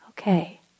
okay